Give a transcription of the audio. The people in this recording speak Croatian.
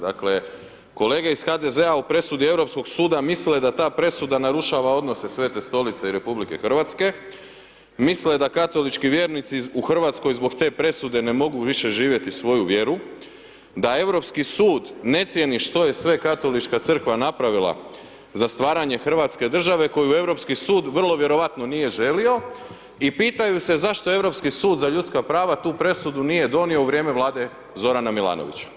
Dakle kolege iz HDZ-a o presudi Europskog suda misle da ta presuda narušava odnose Svete Stolice i RH, misle da katolički vjernici u Hrvatskoj zbog te presude ne mogu više živjeti svoju vjeru, da Europski sud ne cijeni što je sve Katolička crkva napravila za stvaranje hrvatske države koju Europski sud vrlo vjerovatno nije želio i pitaju se zašto Europski sud za ljudska prava tu presudu nije donio u vrijeme Zorana Milanovića.